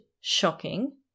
shocking